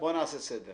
בוא תסביר